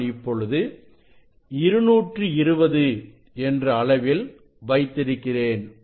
நான் இப்பொழுது 220 என்ற அளவில் வைத்திருக்கிறேன்